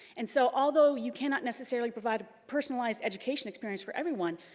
and so although you cannot necessarily provide a personalized education experience for everyone,